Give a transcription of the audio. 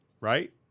right